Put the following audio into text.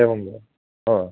एवं वा हा